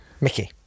Mickey